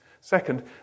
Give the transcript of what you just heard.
Second